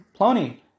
Plony